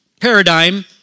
paradigm